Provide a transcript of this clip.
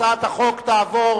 הצעת החוק תעבור